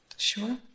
Sure